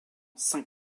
cinq